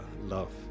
love